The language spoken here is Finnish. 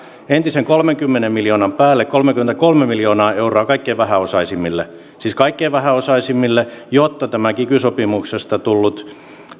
entisen kolmenkymmenen miljoonan päälle kolmekymmentäkolme miljoonaa euroa kaikkein vähäosaisimmille siis kaikkein vähäosaisimmille jotta tämä kiky sopimuksesta tullut